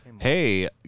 Hey